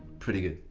pretty good.